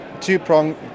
Two-prong